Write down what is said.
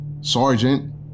sergeant